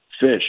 Fish